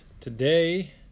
today